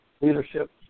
leadership